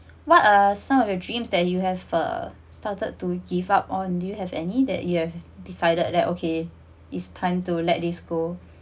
what are some of your dreams that you have uh started to give up on do you have any that you have decided that okay it's time to let this go